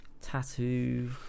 tattoo